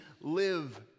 live